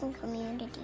Community